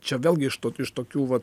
čia vėlgi iš to iš tokių vat